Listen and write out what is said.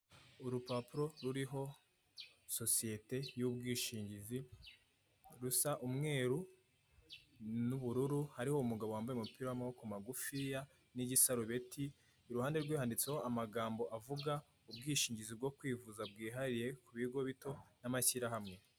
Urupapuro ruriho sosiyete y'ubwishingizi, rusa umweru n'ubururu hariho umugabo wambaye umupira w'amaboko magufiya n'igisarubeti iruhande rwe handitseho amagambo avuga "Ubwishingizi bwo kwivuza bwihariye kubigo bito n'amashyirahamwe".